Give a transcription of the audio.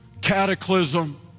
cataclysm